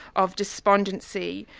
of despondency,